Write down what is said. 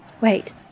Wait